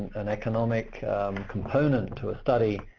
an economic component to a study,